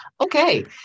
Okay